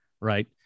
right